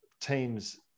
teams